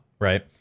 right